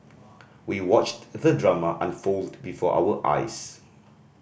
we watched the drama unfold before our eyes